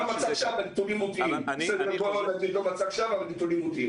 לא מצג שווא, הנתונים מוטעים.